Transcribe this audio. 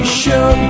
show